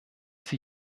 sie